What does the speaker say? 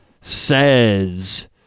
says